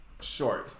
short